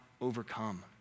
overcome